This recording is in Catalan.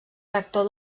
rector